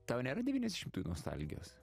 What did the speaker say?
tau nėra devyniasdešimtųjų nostalgijos